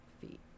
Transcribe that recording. feet